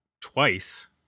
twice